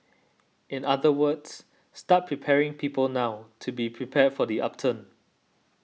in other words start preparing people now to be prepared for the upturn